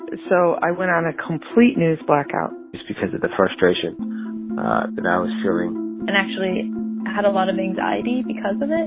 and so i went on a complete news blackout just because of the frustration that i was feeling and actually had a lot of anxiety because of it.